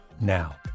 now